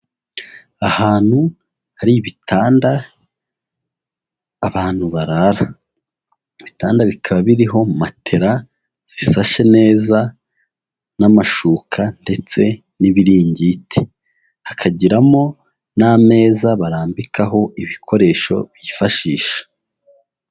Ahantu hari ibitanda abantu barara. Ibitanda bikaba biriho matera zisashe neza, n'amashuka, ndetse n'ibiringiti. Hakagiramo n'ameza barambikaho ibikoresho bifashisha.